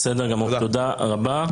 בסדר גמור, תודה רבה.